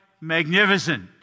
magnificent